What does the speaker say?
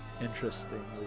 interestingly